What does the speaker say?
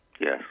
Yes